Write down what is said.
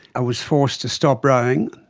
i was forced to stop rowing,